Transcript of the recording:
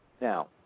Now